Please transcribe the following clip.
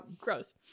Gross